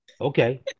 Okay